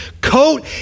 coat